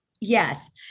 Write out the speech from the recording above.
Yes